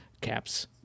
Caps